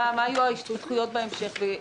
מה יהיו ההשלכות בהמשך.